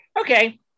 Okay